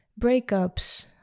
breakups